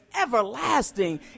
everlasting